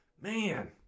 Man